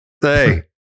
Hey